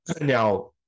Now